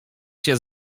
się